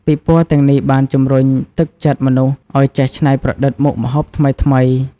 ពិព័រណ៍ទាំងនេះបានជំរុញទឹកចិត្តមនុស្សឲ្យចេះច្នៃប្រឌិតមុខម្ហូបថ្មីៗ។